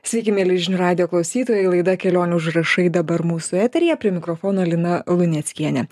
sveiki mieli žinių radijo klausytojai laida kelionių užrašai dabar mūsų eteryje prie mikrofono lina luneckienė